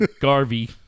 Garvey